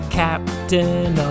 captain